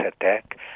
attack